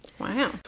Wow